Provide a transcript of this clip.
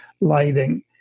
lighting